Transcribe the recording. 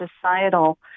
societal